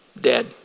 dead